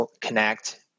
connect